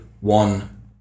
One